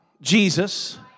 Jesus